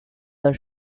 are